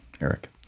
Eric